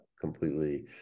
completely